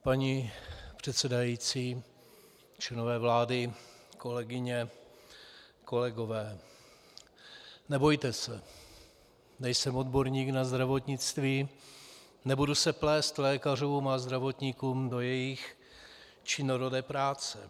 Paní předsedající, členové vlády, kolegyně, kolegové, nebojte se, nejsem odborník na zdravotnictví, nebudu se plést lékařům a zdravotníkům do jejich činorodé práce.